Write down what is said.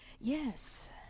Yes